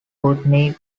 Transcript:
putney